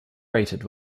rated